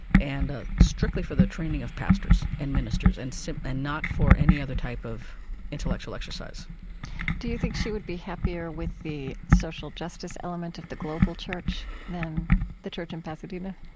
and ah strictly for the training of pastors and ministers and so and not for any other type of intellectual exercise do you think she would be happier with the social justice element of the global church than the church in and pasadena?